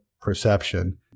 perception